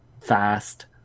fast